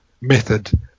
method